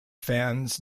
fans